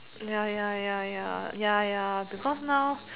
ya ya ya ya ya ya because now